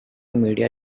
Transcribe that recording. media